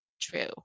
true